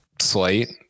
slate